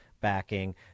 backing